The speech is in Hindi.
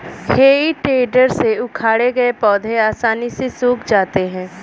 हेइ टेडर से उखाड़े गए पौधे आसानी से सूख जाते हैं